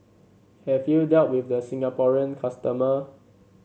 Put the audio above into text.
have you dealt with the Singaporean customer